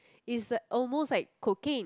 is like almost like cooking